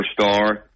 superstar